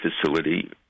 facility